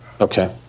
Okay